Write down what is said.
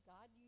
God